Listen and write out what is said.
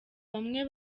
bamwe